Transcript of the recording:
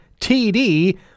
TD